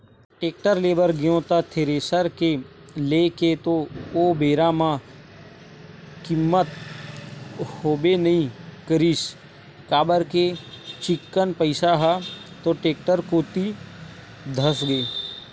tractor ले बर गेंव त थेरेसर के लेय के तो ओ बेरा म हिम्मत होबे नइ करिस काबर के चिक्कन पइसा ह तो टेक्टर कोती धसगे